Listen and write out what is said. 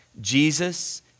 Jesus